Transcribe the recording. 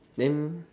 then